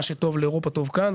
מה שטוב לאירופה טוב כאן.